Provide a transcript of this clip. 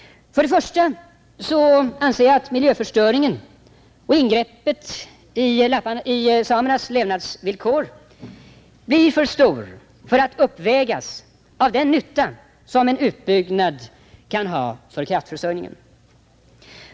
För det första anser jag att miljöförstöringen och ingreppet i samernas levnadsvillkor blir för stora för att uppvägas av den nytta som en utbyggnad kan ha för kraftförsörjningen.